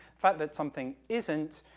fact that something isn't,